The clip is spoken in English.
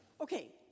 Okay